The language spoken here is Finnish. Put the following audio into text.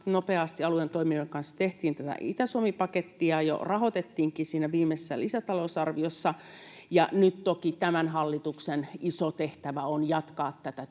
nopeasti alueen toimijoiden kanssa tehtiin tätä Itä-Suomi-pakettia, jo rahoitettiinkin siinä viimeisessä lisätalousarviossa, ja nyt toki tämän hallituksen iso tehtävä on jatkaa tätä työtä.